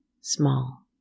small